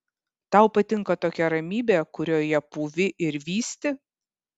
tau patinka tokia ramybė kurioje pūvi ir vysti